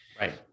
Right